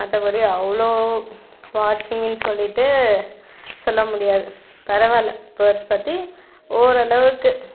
மற்றபடி அவ்வளோ வாட்சிங்குன்னு சொல்லிவிட்டு சொல்ல முடியாது பரவாயில்லை பேர்ட்ஸ் பற்றி ஓரளவுக்கு